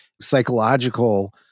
psychological